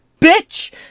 Bitch